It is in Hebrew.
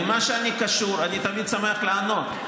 למה שאני קשור אני תמיד שמח לענות,